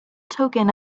token